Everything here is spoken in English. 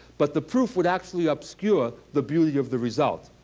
but the proof would actually obscure the beauty of the result.